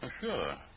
Sure